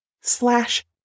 slash